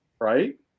right